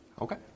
Okay